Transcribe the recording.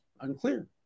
unclear